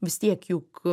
vis tiek juk